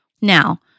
Now